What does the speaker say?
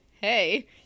hey